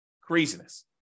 Craziness